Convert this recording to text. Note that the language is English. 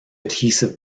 adhesive